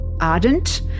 ardent